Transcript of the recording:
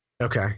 Okay